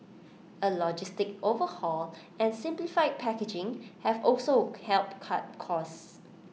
A logistics overhaul and simplified packaging have also helped cut costs